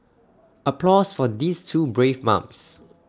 applause for these two brave mums